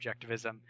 objectivism